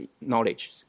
knowledge